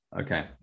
Okay